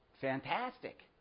Fantastic